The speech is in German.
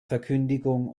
verkündigung